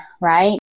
right